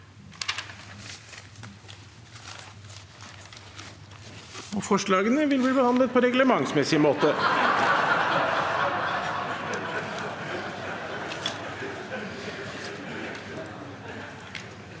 Forslagene vil bli behandlet på reglementsmessig måte.